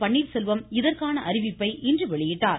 பன்னீர் செல்வம் இதற்கான அறிவிப்பை இன்று வெளியிட்டார்